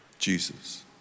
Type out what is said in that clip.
Jesus